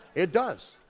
it does,